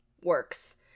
works